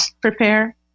prepare